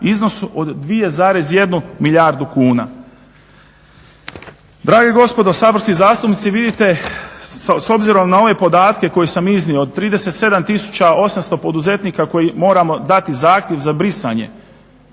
iznosu od 2,1 milijardu kuna. Drage gospodo saborski zastupnici vidite, s obzirom na ove podatke koje sam iznio od 37 800 poduzetnika koji moramo dati zahtjev za brisanje